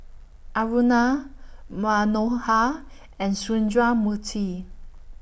Aruna Manohar and Sundramoorthy